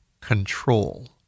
control